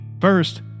First